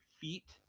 feet